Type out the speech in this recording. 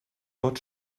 pot